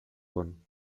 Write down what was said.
kong